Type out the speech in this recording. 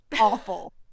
awful